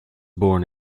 born